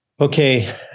Okay